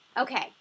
Okay